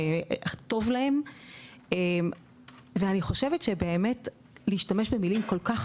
טוב להם ואני חושבת שבאמת להשתמש במילים כל כך